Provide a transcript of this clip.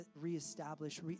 reestablish